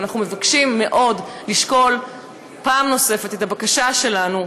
ואנחנו מבקשים מאוד לשקול פעם נוספת את הבקשה שלנו.